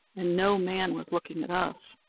and no man was looking at us.